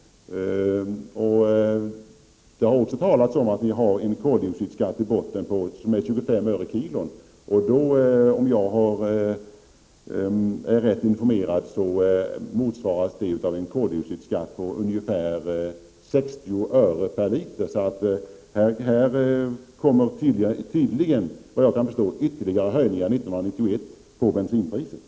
Det har talats om att det finns en koldioxidskatt i botten på 25 öre per kilo. Om jag är rätt informerad motsvarar det en koldioxidskatt på ungefär 60 öre per liter. Såvitt jag förstår sker ytterligare en höjning av bensinpriset år 1991.